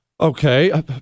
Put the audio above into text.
Okay